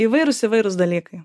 įvairūs įvairūs dalykai